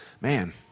man